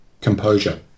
Composure